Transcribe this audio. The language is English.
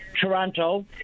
Toronto